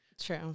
True